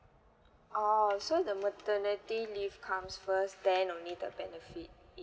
oh so the maternity leave comes first then only the benefit it